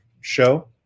show